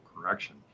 correction